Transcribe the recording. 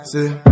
See